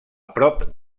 prop